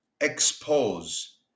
expose